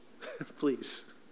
Please